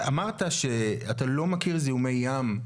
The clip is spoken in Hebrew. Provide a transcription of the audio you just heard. אמרת שאתה לא מכיר זיהומי ים,